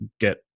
get